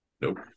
Nope